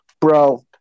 bro